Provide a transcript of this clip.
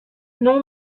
non